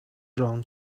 drawn